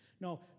No